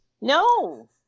No